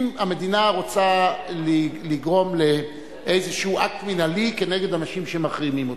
אם המדינה רוצה לגרום לאיזה אקט מינהלי נגד אנשים שמחרימים אותה,